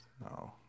No